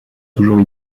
toujours